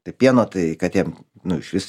tai pieno tai katėm nu išvis